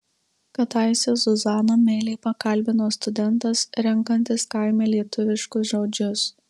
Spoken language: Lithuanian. kadaise zuzaną meiliai pakalbino studentas renkantis kaime lietuviškus žodžius